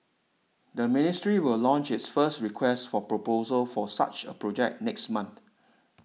the ministry will launch its first request for proposal for such a project next month